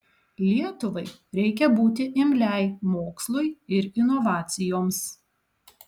lietuvai reikia būti imliai mokslui ir inovacijoms